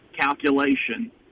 calculation